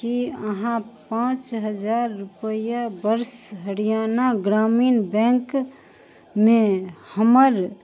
की अहाँ पाॅंच हजार रुपैआ वर्ष हरियाणा ग्रामीण बैंकमे हमर